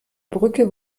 brücke